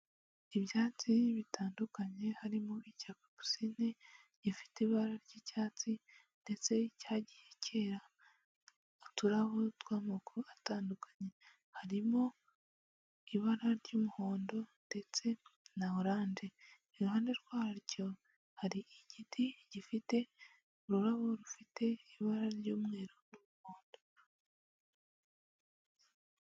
Ibyatsi bitandukanye, harimo icya kapusinie gifite ibara ry'icyatsi ndetse cyagiye cyera uturabo tw'amoko atandukanye, harimo ibara ry'umuhondo ndetse na oranje, iruhande rwaryo hari igiti gifite ururabo rufite ibara ry'umweru n'umuhondo.